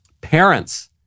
Parents